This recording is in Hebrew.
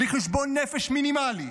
בלי חשבון נפש מינימלי,